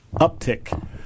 uptick